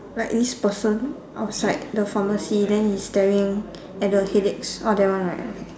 like this person outside the pharmacy then he staring at the headaches oh that one right